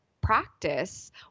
practice